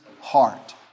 heart